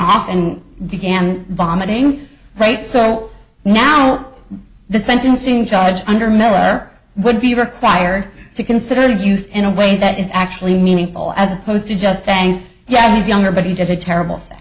off and began vomiting right so now the sentencing charge under miller would be required to consider the youth in a way that is actually meaningful as opposed to just thank yeah he's younger but he did a terrible thing